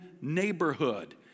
neighborhood